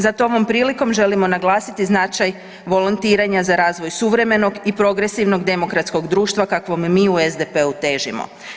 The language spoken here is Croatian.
Zato ovom prilikom želimo naglasiti značaj volontiranja za razvoj suvremenog i progresivnog demokratskog društva kakvome mi u SDP-u težimo.